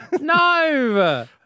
No